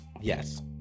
Yes